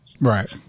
Right